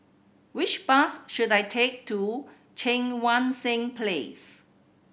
which bus should I take to Cheang Wan Seng Place